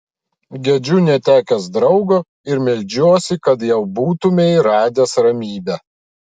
gedžiu netekęs draugo ir meldžiuosi kad jau būtumei radęs ramybę